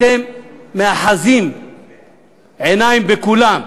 אתם מאחזים עיניים של כולם.